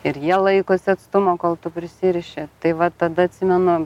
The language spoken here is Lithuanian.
ir jie laikosi atstumo kol tu prisiriši tai va tada atsimenu